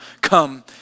come